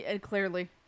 Clearly